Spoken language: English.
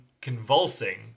convulsing